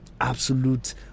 absolute